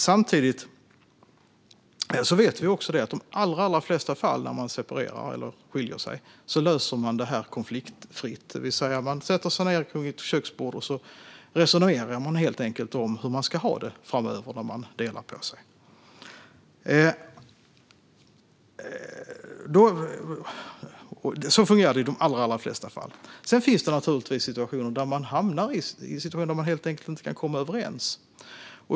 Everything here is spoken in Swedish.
Samtidigt vet vi att man i de allra flesta fall där man skiljer sig löser det konfliktfritt. Man sätter sig ned kring ett köksbord, och så resonerar man helt enkelt om hur man ska ha det framöver när man delat på sig. Så fungerar det i de allra flesta fall. Sedan finns det naturligtvis situationer där man helt enkelt inte kan komma överens.